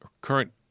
current